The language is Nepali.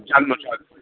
जान्नु छ